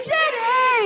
Jenny